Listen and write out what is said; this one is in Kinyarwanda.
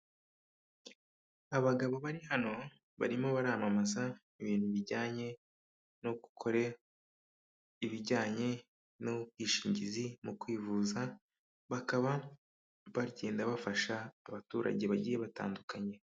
Abagabo bari hano barimo baramamaza ibintu bijyanye no gukora ibijyanye n'ubwishingizi mu kwivuza, bakaba bagenda bafasha abaturage bagiye batandukanye.